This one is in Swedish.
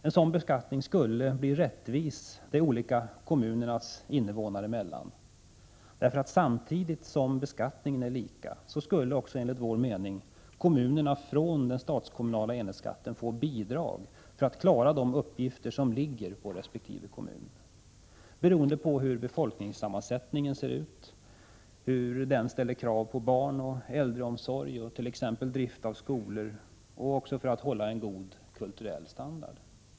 En sådan beskattning skulle bli rättvis de olika kommunernas invånare emellan, därför att samtidigt som beskattningen är lika skulle kommunerna också från den statskommunala enhetsskatten få bidrag för att klara de uppgifter som ligger på resp. kommun, beroende på hur befolkningssammansättningen ställer krav på barnoch äldreomsorg, på drift av skolor och för att hålla en god kulturell standard etc.